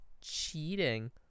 Cheating